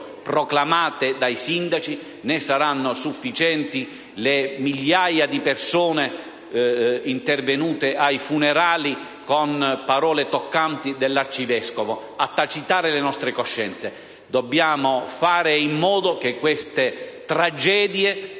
proclamate dai sindaci né saranno sufficienti le migliaia di persone intervenute ai funerali, con parole toccanti dell'arcivescovo, a tacitare le nostre coscienze. Dobbiamo fare in modo che queste tragedie